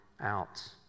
out